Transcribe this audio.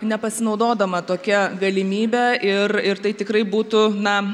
nepasinaudodama tokia galimybe ir ir tai tikrai būtų na